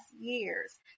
years